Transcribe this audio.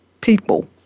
people